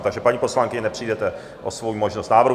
Takže paní poslankyně, nepřijdete o svoji možnost návrhu.